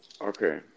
Okay